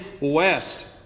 west